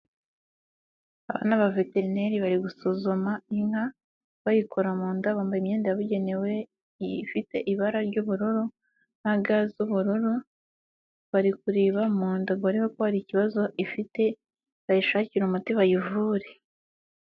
Aba ni abaveterineri bari gusuzuma inka bayikora mu nda, bambaye imyenda yabugenewe ifite ibara ry'ubururu na ga z'ubururu, bari kureba mu nda ngo barebe ko nta kibazo ifite bayishakire umuti bayivure.